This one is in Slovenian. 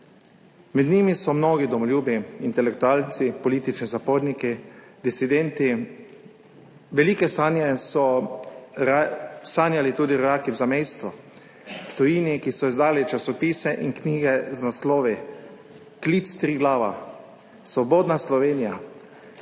Med njimi so mnogi domoljubi, intelektualci, politični zaporniki, disidenti. Velike sanje so sanjali tudi rojaki v zamejstvu, v tujini, ki so izdali časopise in knjige z naslovi Klic Triglava, Svobodna Slovenija,